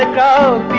ah go